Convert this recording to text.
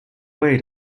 way